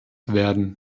werden